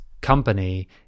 company